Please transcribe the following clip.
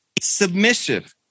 submissive